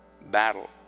battle